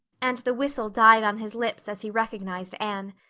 and the whistle died on his lips as he recognized anne.